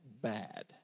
bad